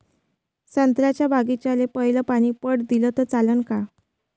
संत्र्याच्या बागीचाले पयलं पानी पट दिलं त चालन का?